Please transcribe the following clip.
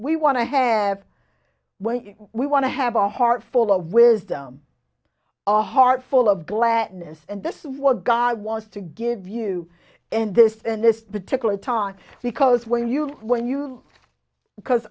we want to have when we want to have a heart full of wisdom a heart full of gladness and this is what god wants to give you and this and this particular time because when you when you because